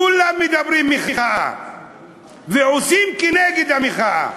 כולם מדברים מחאה ועושים כנגד המחאה.